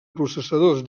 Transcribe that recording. processadors